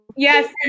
Yes